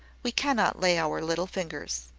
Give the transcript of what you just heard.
we cannot lay our little fingers.